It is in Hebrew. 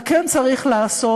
מה כן צריך לעשות.